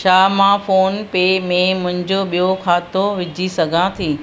छा मां फ़ोनपे में मुंहिंजो ॿियो खातो विझी सघां थी